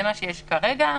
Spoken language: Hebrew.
זה מה שיש כרגע.